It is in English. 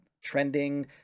trending